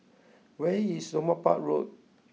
where is Somapah Road